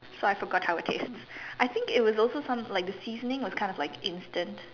so I forgot how it tastes I think it was also some like the seasoning was kind of like instant